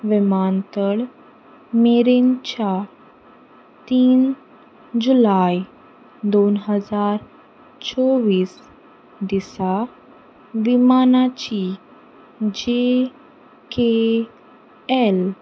विमानतळ मेरेनच्या तीन जुलाय दोन हजार चोवीस दिसा विमानाची जे के ऍल